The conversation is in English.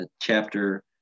chapter